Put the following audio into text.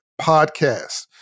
podcast